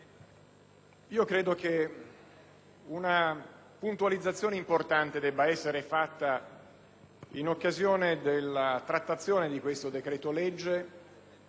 Credo che una puntualizzazione importante debba essere fatta in occasione della trattazione di questo decreto-legge